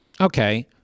Okay